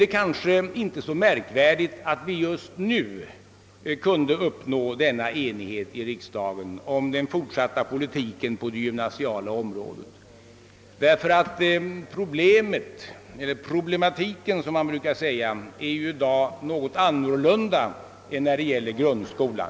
Det är kanske inte så märkvärdigt att vi just nu kunnat uppnå denna enighet i riksdagen om den fortsatta politiken på det gymnasiala området, ty problematiken är i dag en annan än när det gällde grundskolan.